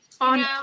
on